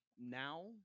now